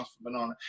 banana